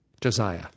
Josiah